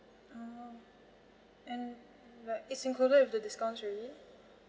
mm and it's included with the discounts already